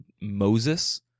Moses